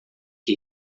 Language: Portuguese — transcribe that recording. que